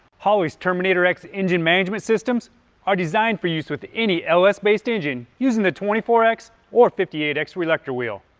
holley's terminator x engine management systems are designed for use with any ls-based engine using the twenty four x or the fifty eight x reluctor wheel.